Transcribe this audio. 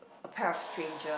a pair of stranger